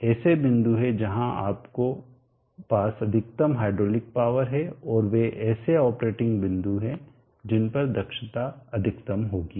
तो ये ऐसे बिंदु हैं जहां आपके पास अधिकतम हाइड्रोलिक पॉवर है और वे ऐसे ऑपरेटिंग बिंदु हैं जिन पर दक्षता अधिकतम होगी